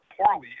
poorly